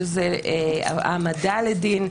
שזה העמדה לדין,